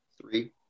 Three